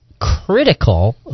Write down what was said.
critical